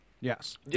Yes